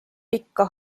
pikka